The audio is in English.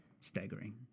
staggering